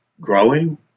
growing